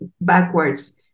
backwards